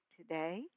today